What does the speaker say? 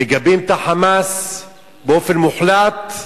מגבים את ה"חמאס" באופן מוחלט,